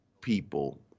people